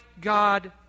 God